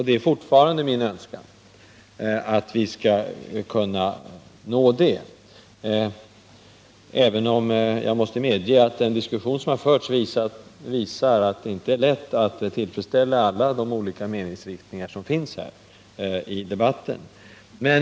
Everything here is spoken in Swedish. Det är fortfarande min önskan att vi skall nå detta mål. Jag måste emellertid medge att den diskussion som har förts visar att det inte är lätt att tillfredsställa de olika meningsriktningarna i debatten.